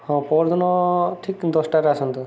ହଁ ପଅର୍ଦିନ ଠିକ୍ ଦଶଟାରେ ଆସନ୍ତୁ